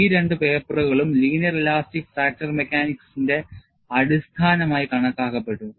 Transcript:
ഈ രണ്ട് പേപ്പറുകളും ലീനിയർ ഇലാസ്റ്റിക് ഫ്രാക്ചർ മെക്കാനിക്സിന്റെ അടിസ്ഥാനമായി കണക്കാക്കപ്പെട്ടു